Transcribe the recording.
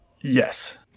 Yes